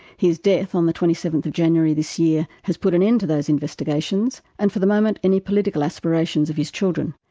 his death on twenty seventh january this year, has put an end to those investigations, and for the moment, any political aspirations of his children.